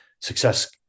success